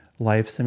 life